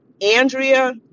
Andrea